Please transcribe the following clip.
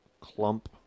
clump